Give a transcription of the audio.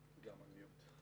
הדין אדרי.